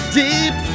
deep